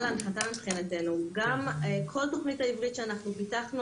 כל תוכנית העברית שאנחנו פיתחנו,